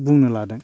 बुंनो लादों